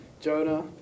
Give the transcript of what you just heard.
Jonah